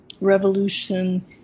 revolution